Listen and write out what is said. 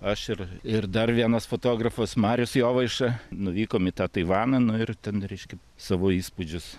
aš ir ir dar vienas fotografas marius jovaiša nuvykom į tą taivaną nu ir ten reiškia savo įspūdžius